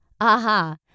aha